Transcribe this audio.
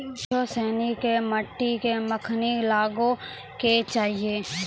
गाछो सिनी के मट्टी मे कखनी लगाबै के चाहि?